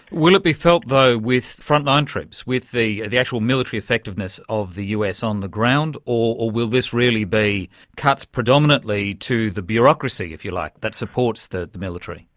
will it be felt though with frontline troops, with the the actual military effectiveness of the us on the ground, or will this really be cuts predominantly to the bureaucracy, if you like, that supports the the military?